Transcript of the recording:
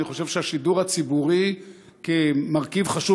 אני חושב שהשידור הציבורי כמרכיב חשוב